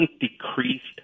decreased